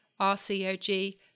RCOG